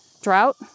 drought